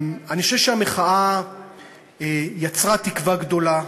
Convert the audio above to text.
אני חושב שהמחאה יצרה תקווה גדולה,